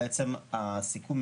בעצם הסיכום,